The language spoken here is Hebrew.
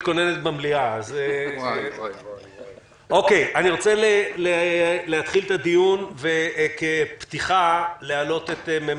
אני רוצה להתחיל את הדיון וכפתיחה להעלות את אשר וקנין,